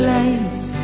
Place